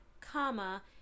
comma